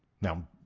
Now